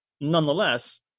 nonetheless